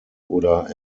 oder